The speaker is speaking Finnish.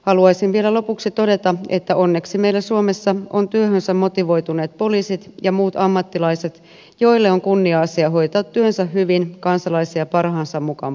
haluaisin vielä lopuksi todeta että onneksi meillä suomessa on työhönsä motivoituneet poliisit ja muut ammattilaiset joille on kunnia asia hoitaa työnsä hyvin kansalaisia parhaansa mukaan palvellen